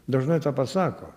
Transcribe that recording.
dažnai tą pasako